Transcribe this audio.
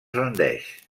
rendeix